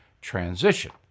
transition